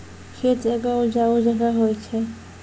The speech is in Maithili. खेत एगो उपजाऊ जगह होय छै